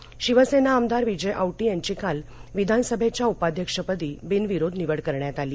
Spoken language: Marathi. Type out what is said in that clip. उपाध्यक्ष शिवसेना आमदार विजय औटी यांची काल विधानसभेच्या उपाध्यक्षपदी बिनविरोध निवड करण्यात आली